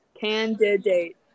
candidate